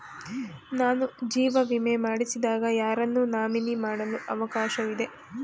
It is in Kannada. ನಾನು ಜೀವ ವಿಮೆ ಮಾಡಿಸಿದಾಗ ಯಾರನ್ನು ನಾಮಿನಿ ಮಾಡಲು ಅವಕಾಶವಿದೆ?